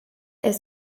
est